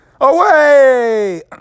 away